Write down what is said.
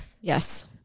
Yes